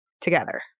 together